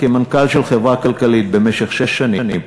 כמנכ"ל של חברה כלכלית במשך שש שנים,